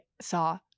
saw